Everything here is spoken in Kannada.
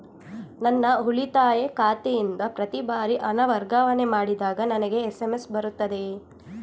ನನ್ನ ಉಳಿತಾಯ ಖಾತೆಯಿಂದ ಪ್ರತಿ ಬಾರಿ ಹಣ ವರ್ಗಾವಣೆ ಮಾಡಿದಾಗ ನನಗೆ ಎಸ್.ಎಂ.ಎಸ್ ಬರುತ್ತದೆಯೇ?